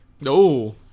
No